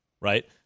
right